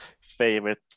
favorite